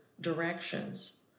directions